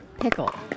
pickle